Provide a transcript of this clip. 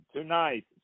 Tonight